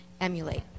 emulate